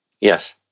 Yes